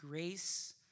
Grace